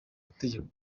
mategeko